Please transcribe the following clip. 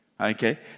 Okay